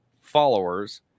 followers